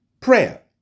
Prayer